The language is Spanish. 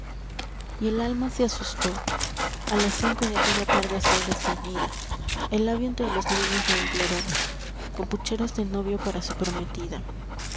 el alma se asustó a la cinco de aquella tarde azul desteñida el labio entre los linos la imploró con pucheros de novio para su prometida